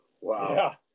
Wow